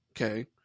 okay